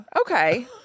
Okay